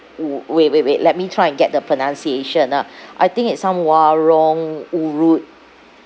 wu~ wait wait wait let me try and get the pronunciation ah I think it's some warong urut